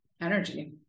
energy